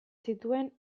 zituen